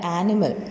animal